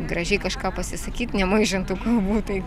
gražiai kažką pasisakyt nemaišant tų kalbų tai